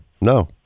no